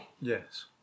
Yes